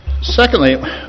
Secondly